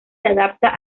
adapta